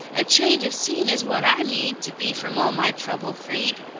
a change of scene is what i need to be from all my trouble freed.